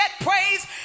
praise